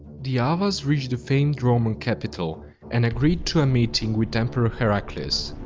the avars reached the famed roman capital and agreed to a meeting with emperor heraklion.